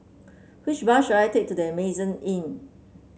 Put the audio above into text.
which bus should I take to The Amazing Inn